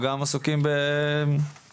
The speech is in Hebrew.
או גם עסוקים בהתמודדות.